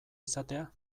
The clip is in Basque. izatea